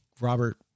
Robert